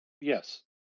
yes